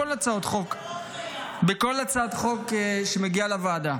בכל הצעת חוק שמגיעה לוועדה.